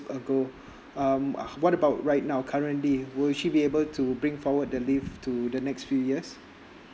ago um what about right now currently will she be able to bring forward the leave to the next few years